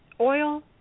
oil